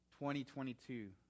2022